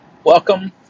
Welcome